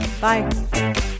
Bye